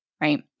right